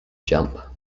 jump